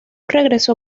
regresó